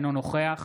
אינו נוכח